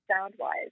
sound-wise